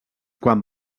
quan